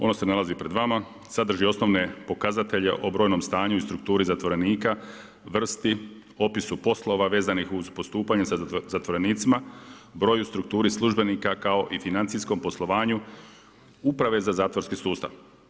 Ono se nalazi pred vama, sadrži osnovne pokazatelje o brojnom stanju i strukturi zatvorenika, vrsti, opisu poslova vezanih uz postupanje sa zatvorenicima, broju, strukturi službenika kao i financijskom poslovanju Uprave za zatvorski sustav.